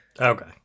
Okay